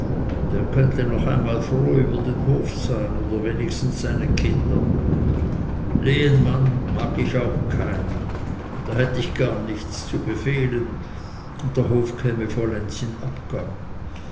der könnte noch einmal froh über den hof sein oder wenigstens seine kinder lehenmann mag ich auch keinen da hätte ich gar nichts zu befehlen und der hof käme vollends in